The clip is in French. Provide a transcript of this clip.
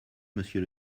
monsieur